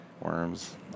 worms